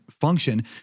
function